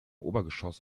obergeschoss